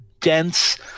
dense